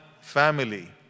family